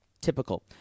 Typical